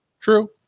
True